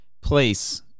place